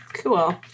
Cool